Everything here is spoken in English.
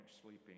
sleeping